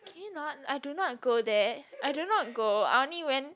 can you not I do not go there I do not go I only went